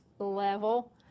level